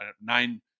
nine